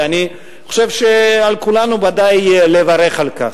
ואני חושב שעל כולנו ודאי לברך על כך.